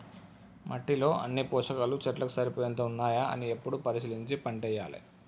మట్టిలో అన్ని పోషకాలు చెట్లకు సరిపోయేంత ఉన్నాయా అని ఎప్పుడు పరిశీలించి పంటేయాలే